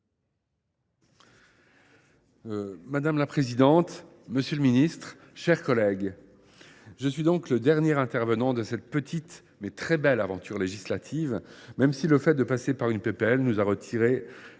Madame la présidente, monsieur le ministre, mes chers collègues, je suis le dernier intervenant de cette petite, mais très belle aventure législative, même si le fait de passer par une proposition